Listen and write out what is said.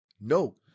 No